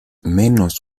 menos